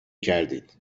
کردید